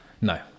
No